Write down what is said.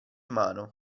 mano